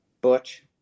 Butch